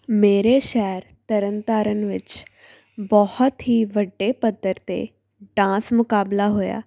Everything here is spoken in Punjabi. ਮੇਰੇ ਸ਼ਹਿਰ ਤਰਨਤਾਰਨ ਵਿੱਚ ਬਹੁਤ ਹੀ ਵੱਡੇ ਪੱਧਰ 'ਤੇ ਡਾਂਸ ਮੁਕਾਬਲਾ ਹੋਇਆ